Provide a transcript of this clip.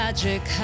Magic